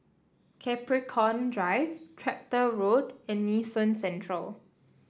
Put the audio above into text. Capricorn Drive Tractor Road and Nee Soon Central